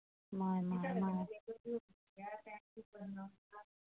माए माए माए